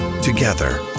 Together